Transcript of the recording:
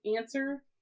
answer